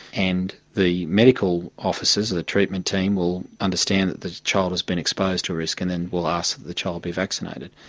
and the medical officers, the treatment team, will understand that the child has been exposed to risk and then will ask that the child be vaccinated.